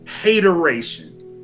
hateration